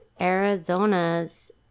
Arizona's